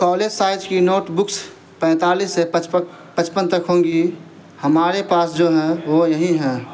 college size کی notebooks پینتالیس سے پچپن تک ہوں گی ہمارے پاس جو ہیں وہ یہی ہیں